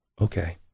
okay